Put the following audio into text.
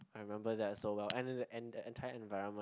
I remember that so well and and and the entire environment